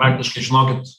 praktiškai žinokit